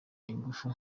ingufu